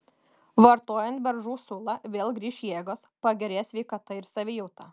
vartojant beržų sulą vėl grįš jėgos pagerės sveikata ir savijauta